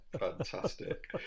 fantastic